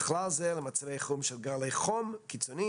בכלל זה מצבי חירום של גלי חום קיצוניים,